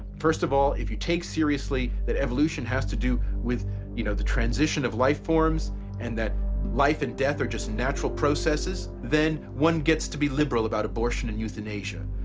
first of all, if you take seriously that evolution has to do with you know the transition of life forms and that life and death are just natural processes, then one gets to be liberal about abortion and euthanasia.